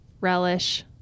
relish